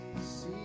see